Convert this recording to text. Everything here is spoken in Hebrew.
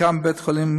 ההצבעה החלה.